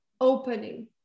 opening